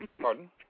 Pardon